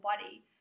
body